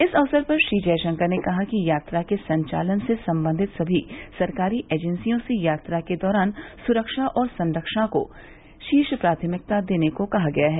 इस अवसर पर श्री जयशंकर ने कहा कि यात्रा के संचालन से संबंधित सभी सरकारी एजेंसियों से यात्रा के दौरान सुरक्षा और संरक्षा को शीर्ष प्राथमिकता देने को कहा गया है